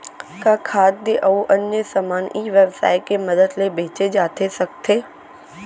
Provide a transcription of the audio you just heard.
का खाद्य अऊ अन्य समान ई व्यवसाय के मदद ले बेचे जाथे सकथे?